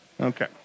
Okay